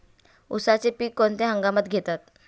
उसाचे पीक कोणत्या हंगामात घेतात?